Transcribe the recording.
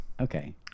Okay